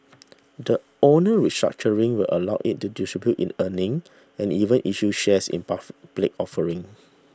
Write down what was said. the owner restructuring will allow it to distribute in earnings and even issue shares in offerings